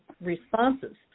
responses